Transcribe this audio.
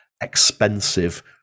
expensive